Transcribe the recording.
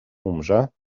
umrze